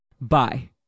Bye